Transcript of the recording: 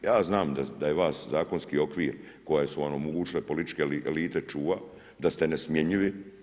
Ja znam da je vas zakonski okvir koje su vam omogućile političke elite čuva, da ste nesmjenjivi.